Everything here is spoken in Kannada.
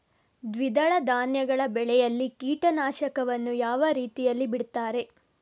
ದ್ವಿದಳ ಧಾನ್ಯಗಳ ಬೆಳೆಯಲ್ಲಿ ಕೀಟನಾಶಕವನ್ನು ಯಾವ ರೀತಿಯಲ್ಲಿ ಬಿಡ್ತಾರೆ?